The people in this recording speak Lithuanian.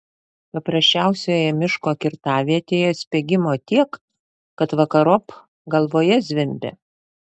paprasčiausioje miško kirtavietėje spiegimo tiek kad vakarop galvoje zvimbia